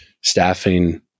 staffing